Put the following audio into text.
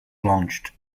launched